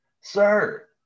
Sir